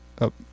up